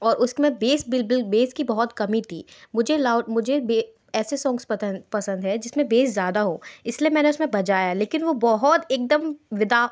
और उसमें बेस बिल बेस की बहुत कमी थी मुझे लाउड मुझे बे ऐसे सोंग्स पतन पसंद है जिसमें बेस ज़्यादा हो इसलिए मैंने उसमें बजाया लेकिन वह बहुत एकदम विदा